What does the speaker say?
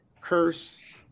curse